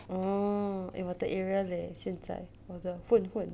hmm eh 我的 area leh 现在我的混混